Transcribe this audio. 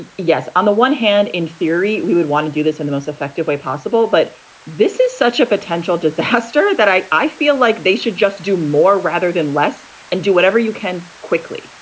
yes. on the one hand, in theory, we would want to do this in the most effective way possible. but this is such a potential disaster that i i feel like they should just do more rather than less and do whatever you can quickly,